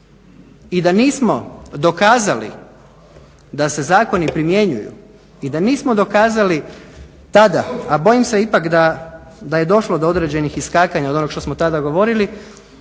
i da nismo dokazali da se zakoni primjenjuju i da nismo dokazali tada, a bojim se ipak da je došlo do određenih iskakanja od onog što smo tada govorili,